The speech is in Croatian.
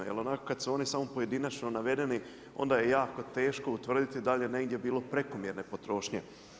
Jer onako kad su oni samo pojedinačno navedeni onda je jako teško utvrditi da li je negdje bilo prekomjerne potrošnje.